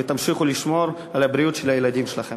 ותמשיכו לשמור על הבריאות של הילדים שלכם.